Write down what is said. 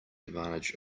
advantage